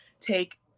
take